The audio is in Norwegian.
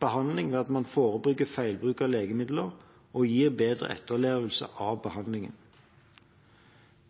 behandling ved at man forebygger feilbruk av legemidler, og gi bedre etterlevelse av behandlingen.